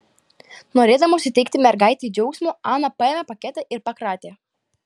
norėdama suteikti mergaitei džiaugsmo ana paėmė paketą ir pakratė